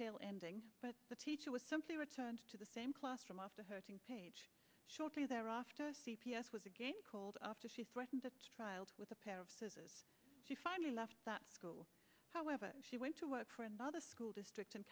tale ending but the teacher was something returned to the same classroom after hurting page shortly thereafter c p s was again called after she threatened with a pair of scissors she finally left that school however she went to work for another school district in